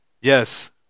yes